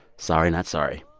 sorry, not sorry.